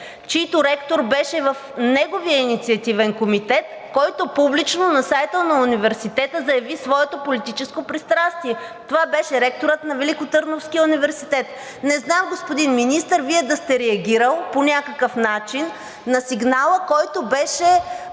чийто ректор беше в неговия инициативен комитет, който публично на сайта на университета заяви своето политическо пристрастие. Това беше ректорът на Великотърновския университет. Не знам, господин Министър, Вие да сте реагирали по някакъв начин на сигнала, който беше